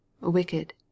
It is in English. wicked